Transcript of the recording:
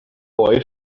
boy